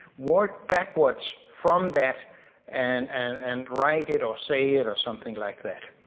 work backwards from that and and and write it or say it or something like that.